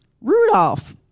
Rudolph